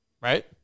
right